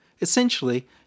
Essentially